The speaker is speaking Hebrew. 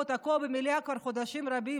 תקוע פה במליאה כבר חודשים רבים,